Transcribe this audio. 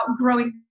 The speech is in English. growing